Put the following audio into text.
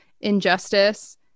injustice